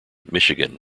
michigan